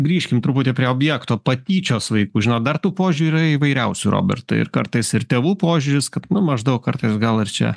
grįžkim truputį prie objekto patyčios vaikų žinot dar tų požiūriai įvairiausi robertai ir kartais ir tėvų požiūris kad nu maždaug kartais gal ir čia